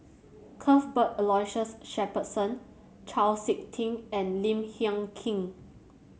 Cuthbert Aloysius Shepherdson Chau SiK Ting and Lim Hng Kiang